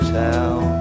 town